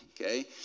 Okay